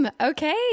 Okay